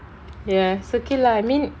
ya is okay lah I mean